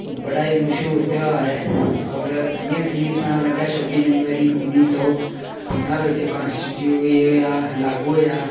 बड़ा ई मश्हूर ध्यार ऐ और इ'यां तरीक सनान लगा आं छब्बी जनवरी उन्नी सौ प'ञां बिच कांस्टीट्यूशन एह् होआ हा लागू होआ